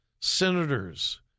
Senators